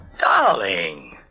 Darling